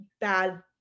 bad